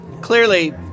clearly